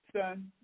Son